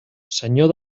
senyor